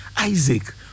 Isaac